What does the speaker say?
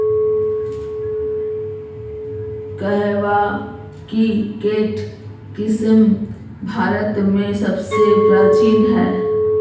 कहवा की केंट किस्म भारत में सबसे प्राचीन है